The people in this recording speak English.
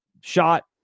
shot